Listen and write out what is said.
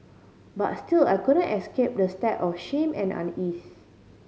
but still I couldn't escape the stab of shame and unease